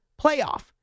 playoff